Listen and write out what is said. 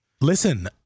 Listen